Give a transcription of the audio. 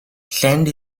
sand